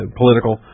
political